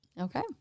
Okay